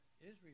Israel